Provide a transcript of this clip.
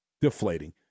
deflating